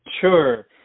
Sure